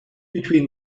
between